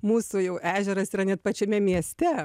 mūsų jau ežeras yra net pačiame mieste